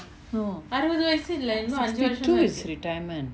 no sixty two is retirement